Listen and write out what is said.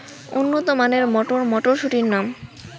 উন্নত মানের মটর মটরশুটির নাম?